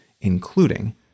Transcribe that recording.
including